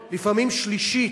ביקורת נוספת, לפעמים שלישית,